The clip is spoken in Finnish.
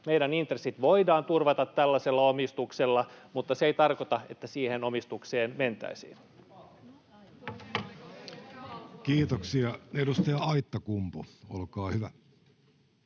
meidän intressit voidaan turvata tällaisella omistuksella, mutta se ei tarkoita, että siihen omistukseen mentäisiin. Kiitoksia. — Edustaja Aittakumpu, olkaa hyvä.